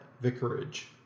Vicarage